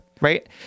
right